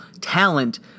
talent